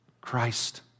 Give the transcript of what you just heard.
Christ